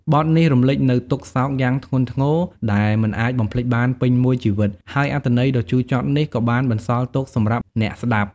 បទនេះរំលេចនូវទុក្ខសោកយ៉ាងធ្ងន់ធ្ងរដែលមិនអាចបំភ្លេចបានពេញមួយជីវិត ហើយអត្ថន័យដ៏ជូរចត់នេះក៏បានបន្សល់ទុកសម្រាប់អ្នកស្តាប់។